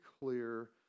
clear